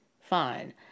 fine